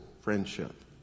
friendship